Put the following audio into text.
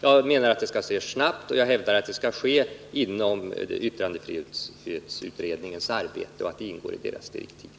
Jag menar att denna undersökning skall ske snabbt, och jag hävdar att den skall ske inom yttrandefrihetsutredningens arbete och att detta ingår i utredningens direktiv.